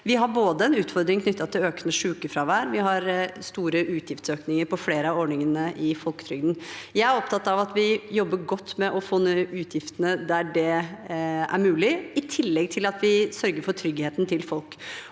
Vi har en utfordring knyttet til økende sykefravær. Vi har store utgiftsøkninger på flere av ordningene i folketrygden. Jeg er opptatt av at vi jobber godt med å få ned utgiftene der det er mulig i tillegg til at vi sørger for tryggheten til folk.